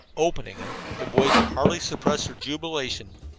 opening them, the boys could hardly suppress their jubilation.